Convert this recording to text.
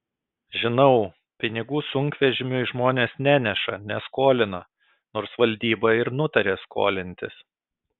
žinau pinigų sunkvežimiui žmonės neneša neskolina nors valdyba ir nutarė skolintis